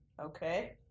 Okay